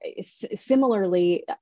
similarly